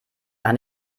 gar